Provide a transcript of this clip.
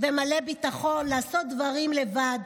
ומלא ביטחון, לעשות דברים לבד